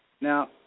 Now